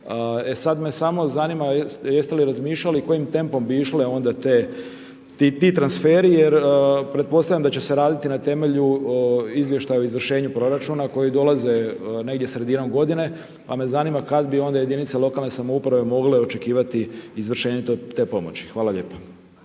sada me samo zanima jeste li razmišljali kojim tempom bi išli onda ti transferi jer pretpostavljam da će se raditi na temelju izvještaja o izvršenju proračuna koji dolaze negdje sredinom godine pa me zanima kada bi onda jedinice lokalne samouprave mogle očekivati izvršenje te pomoći. Hvala lijepa.